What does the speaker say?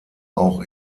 auch